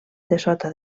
dessota